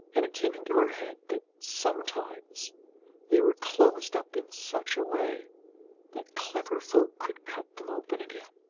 and it came into her head that sometimes they were closed up in such a way that clever folk could cut them open again.